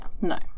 no